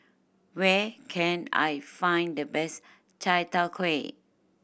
where can I find the best Chai Tow Kuay